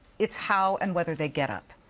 it's how and whether they get up.